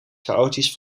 chaotisch